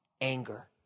anger